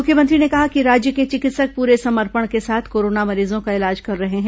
मुख्यमंत्री ने कहा कि राज्य के चिकित्सक पूरे समर्पण के साथ कोरोना मरीजों का इलाज कर रहे हैं